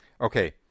Okay